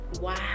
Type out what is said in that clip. Wow